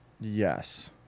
Yes